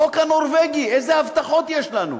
החוק הנורבגי, אילו הבטחות יש לנו.